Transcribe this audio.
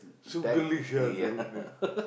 so girlish ah the name